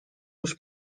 już